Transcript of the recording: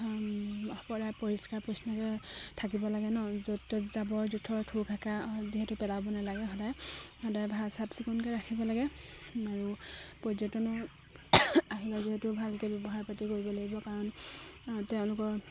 পৰিষ্কাৰ পৰিচ্ছন্নকৈ থাকিব লাগে নহ্ য'ত ত'ত জাবৰ জোথৰ থু খেকাৰ যিহেতু পেলাব নালাগে সদায় সদায় ভাল চাফ চিকুণকৈ ৰাখিব লাগে আৰু পৰ্যটনৰ আহিলে যিহেতু ভালকৈ ব্যৱহাৰ পাতি কৰিব লাগিব কাৰণ তেওঁলোকৰ